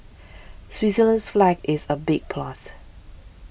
Switzerland's flag is a big plus